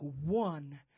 one